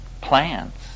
plants